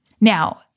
Now